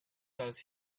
does